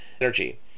energy